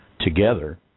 together